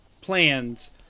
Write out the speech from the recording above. plans